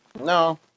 No